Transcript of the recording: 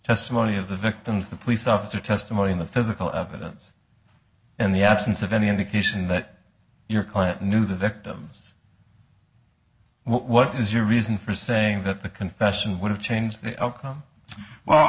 testimony of the victims the police officer testimony in the physical evidence in the absence of any indication that your client knew the victims what is your reason for saying that the confession would have changed the outcome well